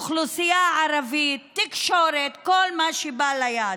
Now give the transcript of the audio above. האוכלוסייה הערבית, התקשורת, כל מה שבא ליד.